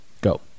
Go